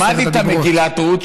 הוא למד איתה מגילת רות,